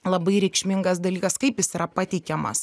labai reikšmingas dalykas kaip jis yra pateikiamas